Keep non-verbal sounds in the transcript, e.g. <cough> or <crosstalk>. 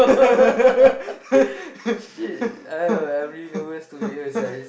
<laughs>